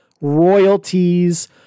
royalties